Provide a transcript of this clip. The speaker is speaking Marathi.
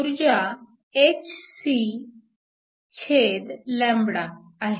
ऊर्जा hc आहे